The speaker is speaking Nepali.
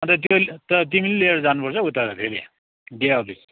अनि त त्यो त तिमीले लिएर जानुपर्छ है उता फेरि डिआई अफिस